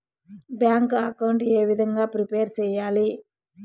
Bank account ఏ విధంగా prepare సెయ్యాలి?